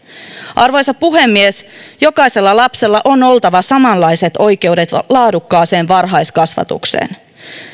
arvoisa puhemies jokaisella lapsella on oltava samanlaiset oikeudet laadukkaaseen varhaiskasvatukseen